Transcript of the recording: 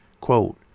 Quote